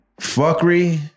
Fuckery